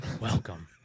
Welcome